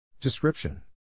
Description